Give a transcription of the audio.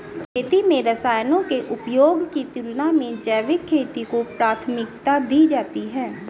खेती में रसायनों के उपयोग की तुलना में जैविक खेती को प्राथमिकता दी जाती है